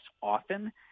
often